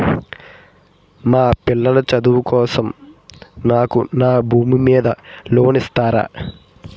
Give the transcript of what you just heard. మా పిల్లల చదువు కోసం నాకు నా భూమి మీద లోన్ ఇస్తారా?